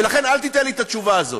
ולכן, אל תיתן לי את התשובה הזאת.